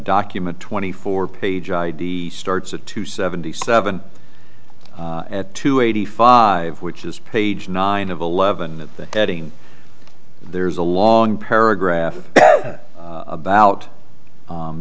document twenty four page id starts at two seventy seven at two eighty five which is page nine of eleven at the heading there's a long paragraph about